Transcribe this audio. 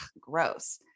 gross